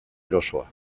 erosoa